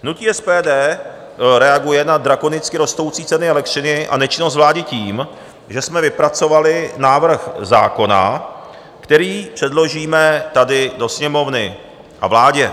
Hnutí SPD reaguje na drakonicky rostoucí ceny elektřiny a nečinnost vlády tím, že jsme vypracovali návrh zákona, který předložíme tady do Sněmovny a vládě.